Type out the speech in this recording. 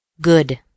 Good